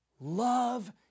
love